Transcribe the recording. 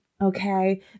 okay